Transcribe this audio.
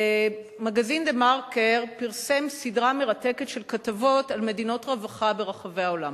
מגזין "דה-מרקר" פרסם סדרה מרתקת של כתבות על מדינות רווחה ברחבי העולם.